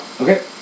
okay